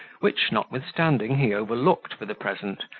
which, notwithstanding, he overlooked for the present,